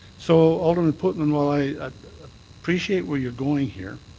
so alderman pootmans, while i appreciate where you're going here,